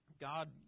God